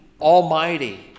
almighty